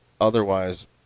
otherwise